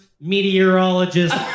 meteorologist